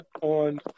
on